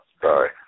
Sorry